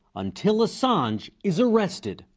until assange is arrested.